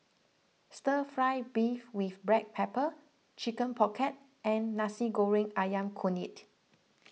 Stir Fry Beef with Black Pepper Chicken Pocket and Nasi Goreng Ayam Kunyit